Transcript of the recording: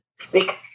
sick